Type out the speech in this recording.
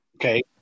Okay